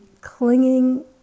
clinging